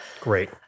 great